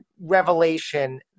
revelation